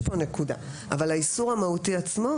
יש כאן נקודה אבל האיסור המהותי עצמו,